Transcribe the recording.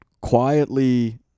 quietly